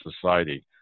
society